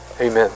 amen